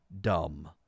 dumb